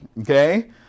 okay